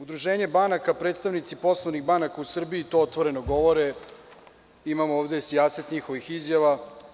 Udruženje banaka, predstavnici poslovnih banaka u Srbiji to otvoreno govore, imam ovde sijaset njihovih izjava.